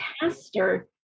pastor